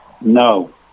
No